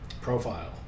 profile